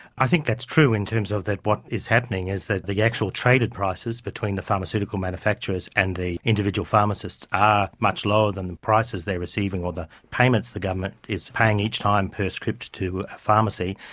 i think that's true in terms of that what is happening is that the actual traded prices between the pharmaceutical manufacturers and the individual pharmacists are much lower than the prices they're receiving, or the payments the government is paying each time per script to a pharmacy.